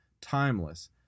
Timeless